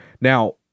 Now